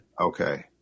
Okay